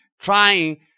trying